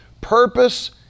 Purpose